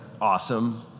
awesome